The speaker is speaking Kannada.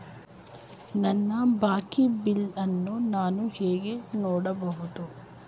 ನನ್ನ ಬಾಕಿ ಬಿಲ್ ಅನ್ನು ನಾನು ಹೇಗೆ ನೋಡಬಹುದು?